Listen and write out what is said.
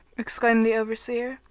exclaimed the overseer,